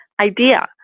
idea